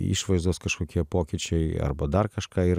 išvaizdos kažkokie pokyčiai arba dar kažką ir